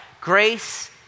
Grace